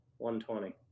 120